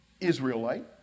Israelite